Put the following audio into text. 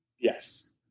Yes